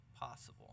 possible